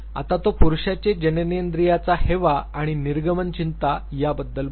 आता तो पुरुषाचे जननेंद्रियाचा हेवा आणि निर्गमन चिंता बद्दल बोललो